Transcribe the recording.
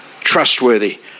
Trustworthy